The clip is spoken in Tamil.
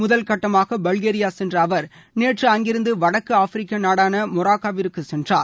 முதல் கட்டமாக பல்கேரியா சென்ற அவர் நேற்று அங்கிருந்து வடக்கு ஆப்பிரிக்க நாடாள மொராக்காவிற்கு சென்றார்